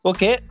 Okay